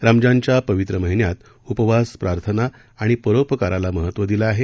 रमजानच्या पवित्र महिन्यात उपवास प्रार्थना आणि परोपकाराला महत्व दिलं आहे